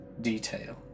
detail